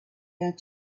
out